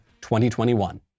2021